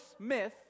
myth